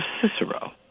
Cicero